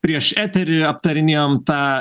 prieš eterį aptarinėjom tą